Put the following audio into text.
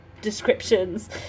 descriptions